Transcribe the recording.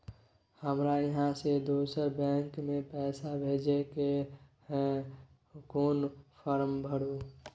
हमरा इहाँ से दोसर बैंक में पैसा भेजय के है, कोन फारम भरू?